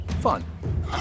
fun